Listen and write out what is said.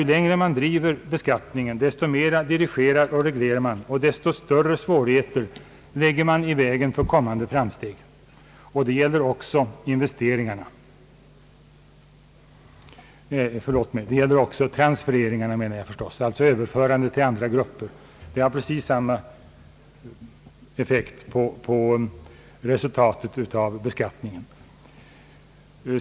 Ju längre man driver beskattningen, desto mera dirigerar och reglerar man, och desto större svårigheter lägger man i vägen för kommande framsteg. Det gäller också transfereringarna, dvs. Ööverförandet till andra grupper.